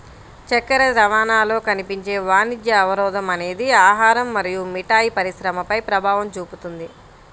చక్కెర రవాణాలో కనిపించే వాణిజ్య అవరోధం అనేది ఆహారం మరియు మిఠాయి పరిశ్రమపై ప్రభావం చూపుతుంది